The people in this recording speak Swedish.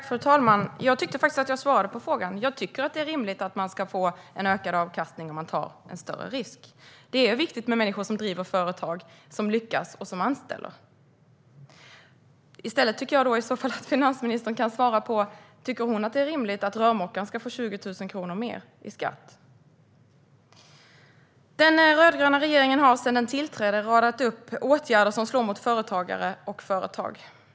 Fru talman! Jag tyckte faktiskt att jag svarade på frågan. Jag tycker att det är rimligt att man ska få en ökad avkastning när man tar en större risk. Det är viktigt med människor som driver företag, som lyckas och som anställer. Jag tycker i stället att finansministern kan svara på om hon anser att det är rimligt att rörmokaren ska få 20 000 kronor mer i skatt. Den rödgröna regeringen har sedan den tillträdde radat upp åtgärder som slår mot företagare och företag.